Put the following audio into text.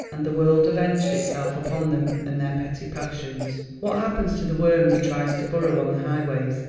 and the world avenged itself upon them and their petty passions. what happens to the worm that tries to burrow on the highways?